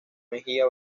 mejía